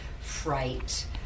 fright